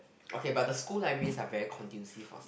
okay but the school libraries are very conducive for